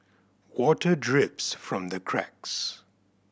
water drips from the cracks